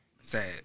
Sad